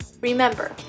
Remember